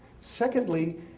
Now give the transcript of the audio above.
Secondly